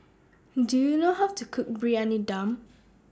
Do YOU know How to Cook Briyani Dum